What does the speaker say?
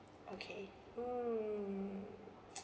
okay mm